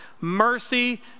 mercy